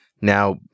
Now